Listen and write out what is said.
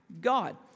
God